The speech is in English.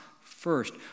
first